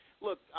look